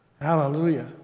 Hallelujah